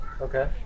Okay